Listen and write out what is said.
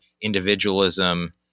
individualism